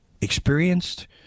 experienced